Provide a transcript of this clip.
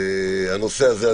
הנושא הזה,